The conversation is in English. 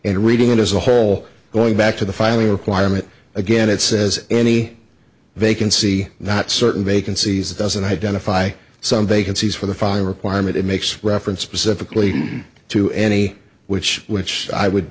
and reading it as a whole going back to the filing requirement again it says any vacancy not certain vacancies that doesn't identify some vacancies for the following requirement it makes reference specifically to any which which i would